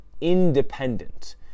independent